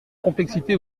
complexité